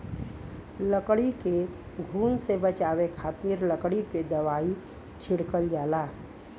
लकड़ी के घुन से बचावे खातिर लकड़ी पे दवाई छिड़कल जाला